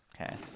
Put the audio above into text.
Okay